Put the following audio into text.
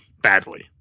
badly